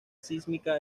sísmica